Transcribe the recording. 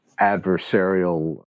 adversarial